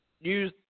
use